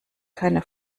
keine